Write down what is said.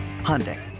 Hyundai